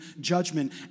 judgment